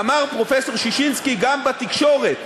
אמר פרופסור ששינסקי, גם בתקשורת,